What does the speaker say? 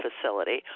facility